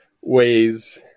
ways